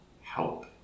help